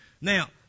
Now